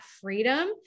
freedom